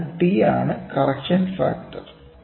അതിനാൽ P ആണ് correction factor